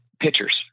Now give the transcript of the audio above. pitchers